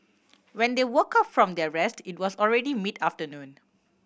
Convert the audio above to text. when they woke up from their rest it was already mid afternoon